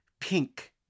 pink